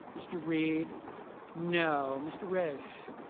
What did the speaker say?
mr. reed no. mr. rish